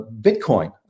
Bitcoin